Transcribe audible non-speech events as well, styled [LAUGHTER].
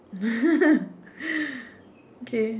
[LAUGHS] okay